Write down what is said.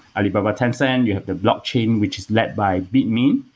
alibaba, tencent. you have the blockchain, which is led by bitmain,